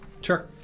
Sure